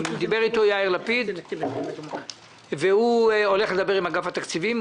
ודיבר איתו יאיר לפיד והוא הולך לדבר עם אגף התקציבים.